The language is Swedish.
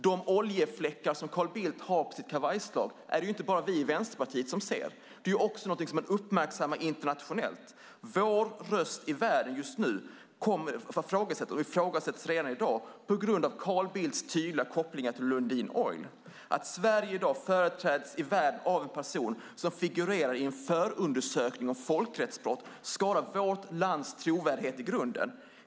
De oljefläckar som Carl Bildt har på sitt kavajslag är det inte bara vi i Vänsterpartiet som ser. Det är något som man också uppmärksammar internationellt. Vår röst i världen just nu ifrågasätts redan i dag på grund av Carl Bildts tydliga koppling till Lundin Oil. Att Sverige i dag företräds i världen av en person som figurerar i en förundersökning om folkrättsbrott skadar vårt lands trovärdighet i grunden.